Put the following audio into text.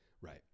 Right